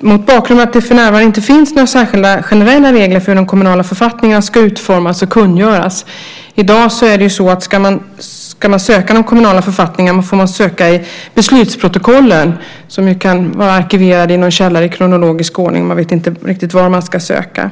mot bakgrund av att det för närvarande inte finns några särskilda generella regler för hur de kommunala författningarna ska utformas och kungöras. Ska man söka i de kommunala författningarna i dag får man söka i beslutsprotokollen, som kan vara arkiverade i någon källare i kronologisk ordning. Man vet inte riktigt var man ska söka.